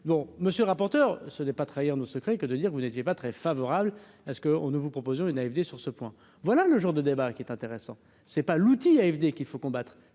bon, monsieur le rapporteur, ce n'est pas trahir nos secrets que de dire que vous n'étiez pas très favorable à ce que on nous vous proposons une AFD sur ce point, voilà le genre de débat qui est intéressant, c'est pas l'outil AFD qu'il faut combattre,